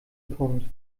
punkt